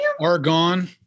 Argon